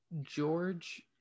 George